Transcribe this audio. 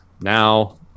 now